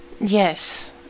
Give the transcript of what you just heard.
Yes